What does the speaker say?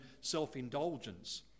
self-indulgence